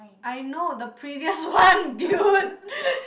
I know the previous one dude